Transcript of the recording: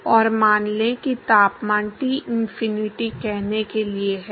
और मान लें कि तापमान T इनफिनिटी कहने के लिए है